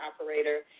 operator